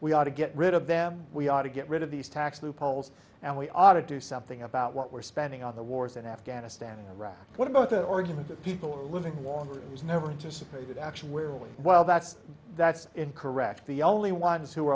we ought to get rid of them we ought to get rid of these tax loopholes and we ought to do something about what we're spending on the wars in afghanistan and iraq what about that or do you think that people are living longer it was never interested pretty good actually well that's that's incorrect the only ones who